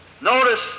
Notice